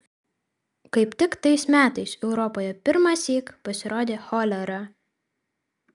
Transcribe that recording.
kaip tik tais metais europoje pirmąsyk pasirodė cholera